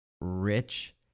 rich